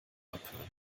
abhören